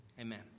Amen